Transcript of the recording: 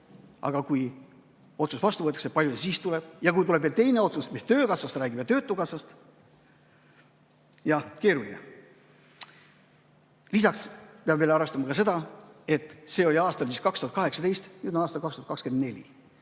Aga kui otsus vastu võetakse, kui palju siis tuleb? Ja kui tuleb veel teine otsus, mis räägib töökassast ja töötukassast? Jah, keeruline. Lisaks peab arvestama ka seda, et see oli aastal 2018, nüüd on aasta 202[3].